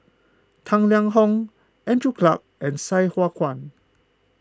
Tang Liang Hong Andrew Clarke and Sai Hua Kuan